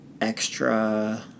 extra